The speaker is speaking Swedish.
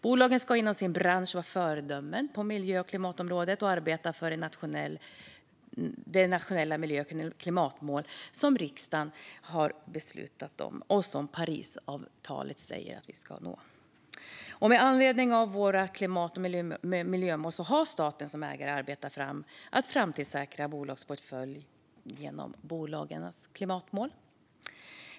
Bolagen ska inom sin bransch vara föredömen på miljö och klimatområdet och arbeta för de nationella miljö och klimatmål som riksdagen har beslutat om och som Parisavtalet säger att vi ska nå. Med anledning av våra klimat och miljömål har staten som ägare arbetat med att framtidssäkra bolagsportföljen genom bolagens klimatmål.